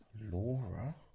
Laura